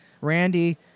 Randy